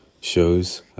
shows